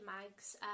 Mags